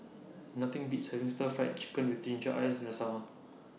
Nothing Beats having Stir Fried Chicken with Ginger Onions in The Summer